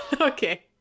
Okay